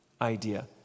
idea